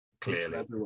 Clearly